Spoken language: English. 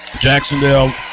Jacksonville